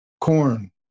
corn